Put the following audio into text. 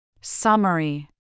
Summary